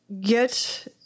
get